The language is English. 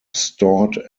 stored